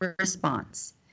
response